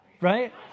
right